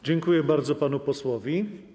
Dziękuję bardzo panu posłowi.